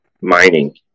mining